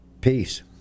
Peace